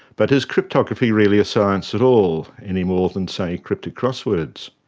but is cryptography really a science at all, any more than, say, cryptic crosswords?